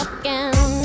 again